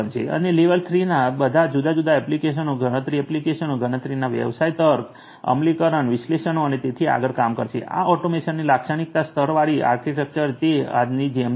અને લેવલ 3 આ બધા જુદા જુદા એપ્લિકેશનો ગણતરી એપ્લિકેશનો ગણતરીના વ્યવસાય તર્ક અમલીકરણ વિશ્લેષણો અને તેથી આગળ કામ કરશે આ ઑટોમેશનની લાક્ષણિક સ્તરવાળી આર્કિટેક્ચર તે આજની જેમ છે